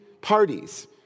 parties